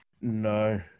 no